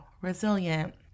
resilient